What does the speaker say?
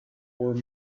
were